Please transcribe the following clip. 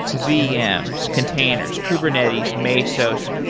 vms, containers, kubernetes, mesos.